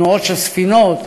תנועות של ספינות,